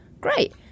Great